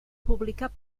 publicar